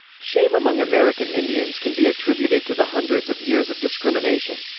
shame among american indians can be attributed to the hundreds of years of discrimination.